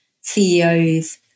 CEOs